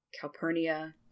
Calpurnia